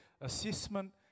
Assessment